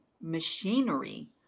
machinery